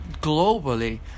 globally